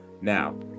now